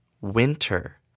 winter